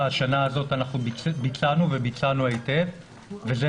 דווקא השנה הזאת אנחנו ביצענו וביצענו היטב וזה